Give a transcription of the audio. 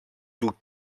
του